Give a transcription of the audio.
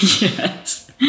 Yes